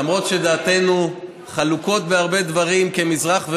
למרות שדעותינו חלוקות בהרבה דברים כמזרח ומערב,